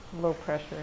low-pressure